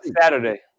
Saturday